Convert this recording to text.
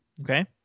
okay